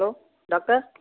hello doctor